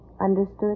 Understood